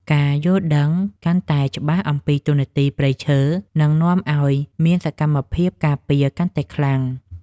ការយល់ដឹងកាន់តែច្បាស់អំពីតួនាទីព្រៃឈើនឹងនាំឱ្យមានសកម្មភាពការពារកាន់តែខ្លាំង។